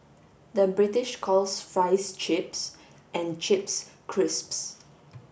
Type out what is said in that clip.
the British calls fries chips and chips crisps